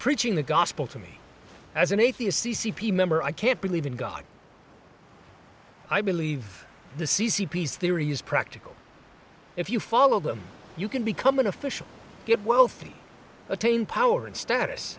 preaching the gospel to me as an atheist c c p member i can't believe in god i believe the c c peace theory is practical if you follow them you can become an official get wealthy attain power and status